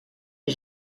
est